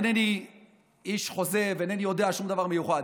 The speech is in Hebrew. אינני איש חוזה ואינני יודע שום דבר מיוחד,